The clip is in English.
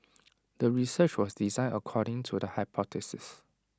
the research was designed according to the hypothesis